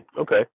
Okay